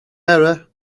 error